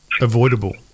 avoidable